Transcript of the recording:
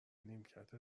نیمکت